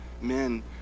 men